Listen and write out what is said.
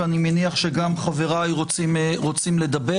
ואני מניח שגם חבריי רוצים לדבר.